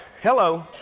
Hello